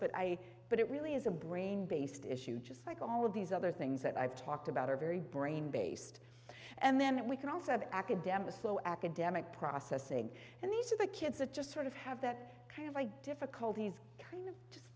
but i but it really is a brain based issue just like all of these other things that i've talked about are very brain based and then we can also have academic slow academic processing and these are the kids that just sort of have that kind of eye difficulties kind of just